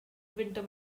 winter